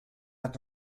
hat